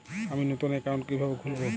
আমি নতুন অ্যাকাউন্ট কিভাবে খুলব?